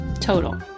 total